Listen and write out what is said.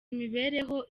imibereho